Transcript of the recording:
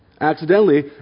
accidentally